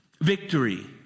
victory